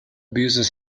business